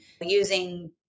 using